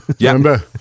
Remember